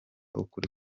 ukuri